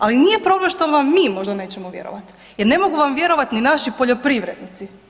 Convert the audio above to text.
Ali nije problem što vam mi možda nećemo vjerovati jer ne mogu vam vjerovati ni naši poljoprivrednici.